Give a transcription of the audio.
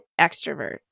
extrovert